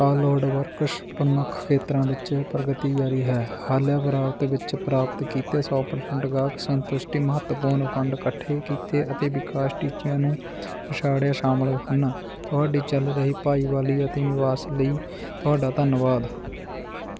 cloud Works ਪ੍ਰਮੁੱਖ ਖੇਤਰਾਂ ਵਿੱਚ ਪ੍ਰਗਤੀ ਜਾਰੀ ਹੈ ਹਾਲੀਆ ਪ੍ਰਾਪਤੀਆਂ ਵਿੱਚ ਪ੍ਰਾਪਤ ਕੀਤਾ ਸੌ ਪਰਸੈਂਟ ਗਾਹਕ ਸੰਤੁਸ਼ਟੀ ਮਹੱਤਵਪੂਰਨ ਫੰਡ ਇਕੱਠੇ ਕੀਤੇ ਅਤੇ ਵਿਕਾਸ ਟੀਚਿਆਂ ਨੂੰ ਪਛਾੜਿਆ ਸ਼ਾਮਲ ਹਨ ਤੁਹਾਡੀ ਚੱਲ ਰਹੀ ਭਾਈਵਾਲੀ ਅਤੇ ਨਿਵੇਸ਼ ਲਈ ਤੁਹਾਡਾ ਧੰਨਵਾਦ